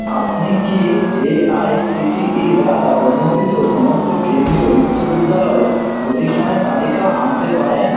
আপনি কি এআইসিটিই দ্বারা অনুমোদিত সমস্ত কেন্দ্রীয় বিশ্ববিদ্যালয় প্রতিষ্ঠানের তালিকা আনতে পারেন